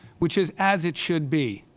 which is as it should be.